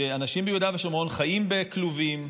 שאנשים ביהודה ושומרון חיים בכלובים,